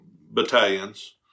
battalions